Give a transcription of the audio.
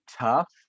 tough